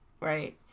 right